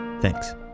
Thanks